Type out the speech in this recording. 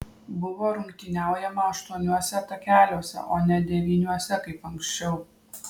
buvo rungtyniaujama aštuoniuose takeliuose o ne devyniuose kaip anksčiau